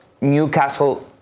Newcastle